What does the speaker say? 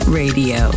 radio